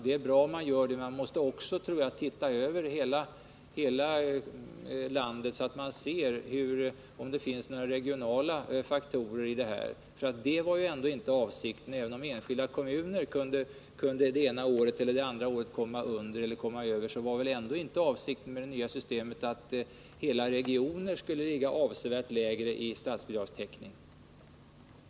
Det är bra om man gör det, men jag tror att man också måste titta på hela landet för att utröna om skillnaderna beror på några regionala faktorer. Även om det sagts att enskilda kommuner det ena eller andra året kunde komma under eller över den tidigare statsbidragstäckningen, så var väl ändå inte avsikten med det nya systemet att hela regioner skulle kunna ligga avsevärt lägre i statsbidragstäckning?